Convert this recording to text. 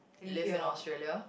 live in Australia